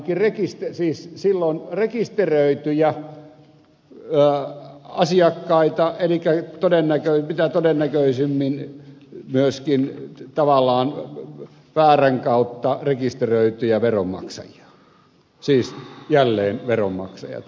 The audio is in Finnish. ainakin siis silloin rekisteröityjä asiakkaita elikkä mitä todennäköisimmin myöskin tavallaan väärän kautta rekisteröityjä veronmaksajia siis jälleen veronmaksajat